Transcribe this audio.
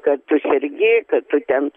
kad tu sergi kad tu ten